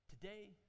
today